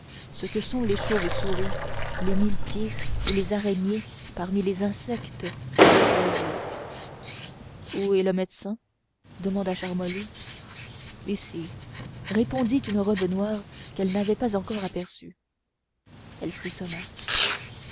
ce que sont les chauves-souris les mille pieds et les araignées parmi les insectes et les oiseaux où est le médecin demanda charmolue ici répondit une robe noire qu'elle n'avait pas encore aperçue elle frissonna